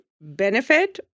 benefit